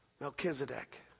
Melchizedek